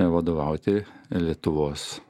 vadovauti lietuvos